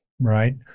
right